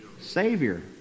Savior